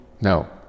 No